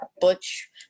butch